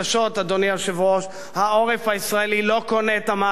אדוני היושב-ראש: העורף הישראלי לא קונה את המהלך הזה,